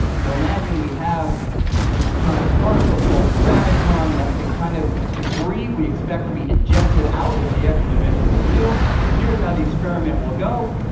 so, imagine we have a certain kind of particle called a graviton that's the kind of debris we expect to be ejected out, if the extra dimensions are real. but here's how the experiment will go.